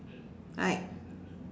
right